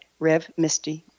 RevMisty